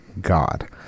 god